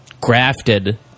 grafted